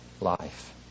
life